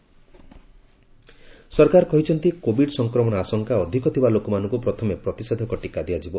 Covid vaccine ସରକାର କହିଛନ୍ତି Covid ସଂକ୍ରମଣ ଆଶଙ୍କା ଅଧିକ ଥିବା ଲୋକମାନଙ୍କୁ ପ୍ରଥମେ ପ୍ରତିଷେଧକ ଟୀକା ଦିଆଯିବ